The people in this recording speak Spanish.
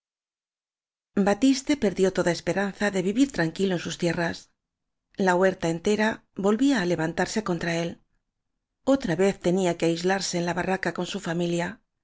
batiste perdió toda esperanza de vivir tran quilo en sus tierras la huerta entera volvía á levantarse contra él otra vez tenía que aislarse en la barraca con su familia